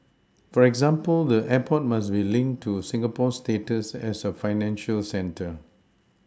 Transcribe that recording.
for example the airport must be linked to Singapore's status as a financial centre